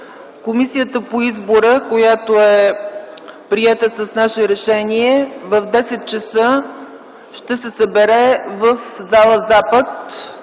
Комисията по избора, която е приета с наше решение, в 10,00 ч. ще се събере в зала „Запад”,